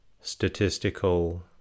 statistical